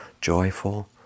joyful